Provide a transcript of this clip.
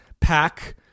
pack